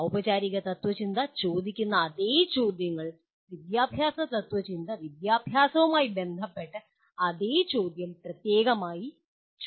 ഔപചാരിക തത്ത്വചിന്ത ചോദിക്കുന്ന അതേ ചോദ്യങ്ങൾ വിദ്യാഭ്യാസ തത്ത്വചിന്ത വിദ്യാഭ്യാസവുമായി ബന്ധപ്പെട്ട് അതേ ചോദ്യം പ്രത്യേകമായി ചോദിക്കുന്നു